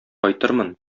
кайтырмын